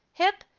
hip,